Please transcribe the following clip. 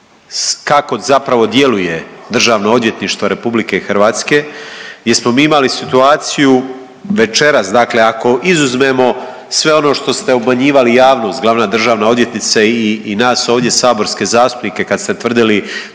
kako zapravo djeluje DORH gdje smo mi imali situaciju večeras dakle ako izuzmemo sve ono što ste obmanjivali javnost glavna državna odvjetnice i nas ovdje saborske zastupnike kad ste tvrdili